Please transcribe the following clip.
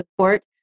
support